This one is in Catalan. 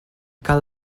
cal